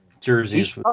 jerseys